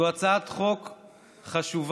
זאת הצעת חוק חשובה,